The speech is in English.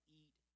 eat